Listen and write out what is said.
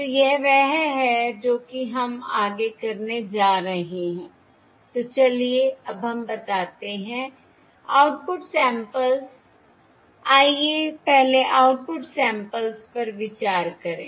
तो यह वह है जो कि हम आगे करने जा रहे हैं तो चलिए अब हम बताते हैं आउटपुट सैंपल्स आइए पहले आउटपुट सैंपल्स पर विचार करें